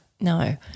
no